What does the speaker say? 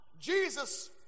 Jesus